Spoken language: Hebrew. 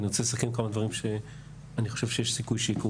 אני רוצה לסכם כמה דברים שאני חושב שיש סיכוי שיקרו.